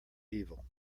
evil